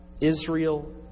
Israel